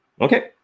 Okay